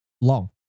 long